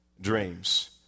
dreams